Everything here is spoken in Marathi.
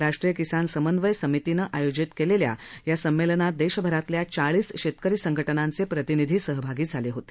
राष्ट्रीय किसान समन्वयन समितीनं आयोजित केलेल्या या संमेलनात देशभरातल्या चाळीस शेतकरी संघटनांचे प्रतिनिधी सहभागी झाले होते